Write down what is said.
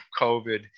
COVID